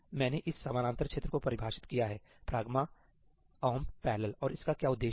मैंने इस समानांतर क्षेत्र को परिभाषित किया है ' pragma omp parallel' और इसका क्या उद्देश्य है